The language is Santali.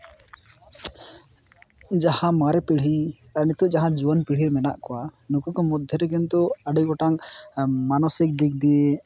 ᱡᱟᱦᱟᱸ ᱢᱟᱨᱮ ᱯᱤᱲᱦᱤ ᱟᱨ ᱱᱤᱛᱳᱜ ᱡᱟᱦᱟᱸ ᱡᱩᱣᱟᱹᱱ ᱯᱤᱲᱦᱤ ᱢᱮᱱᱟᱜ ᱠᱚᱣᱟ ᱱᱩᱠᱩ ᱠᱚ ᱢᱚᱫᱽᱫᱷᱮ ᱨᱮ ᱠᱤᱱᱛᱩ ᱟᱹᱰᱤ ᱜᱚᱴᱟᱝ ᱢᱟᱱᱚᱥᱤᱠ ᱫᱤᱠ ᱫᱤᱭᱮ